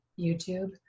YouTube